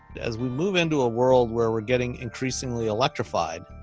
as we move into a world where we're getting increasingly electrified